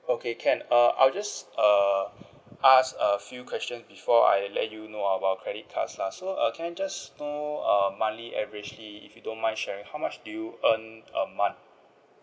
okay can uh I'll just err ask a few question before I let you know about our credit cards lah so uh can I just know uh monthly averagely if you don't mind sharing how much do you earn a month